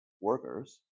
workers